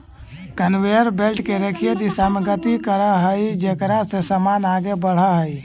conveyor belt रेखीय दिशा में गति करऽ हई जेकरा से समान आगे बढ़ऽ हई